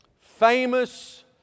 famous